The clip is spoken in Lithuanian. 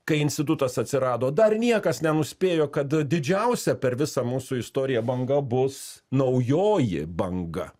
kai institutas atsirado dar niekas nenuspėjo kad didžiausia per visą mūsų istoriją banga bus naujoji banga